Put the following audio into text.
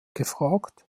gefragt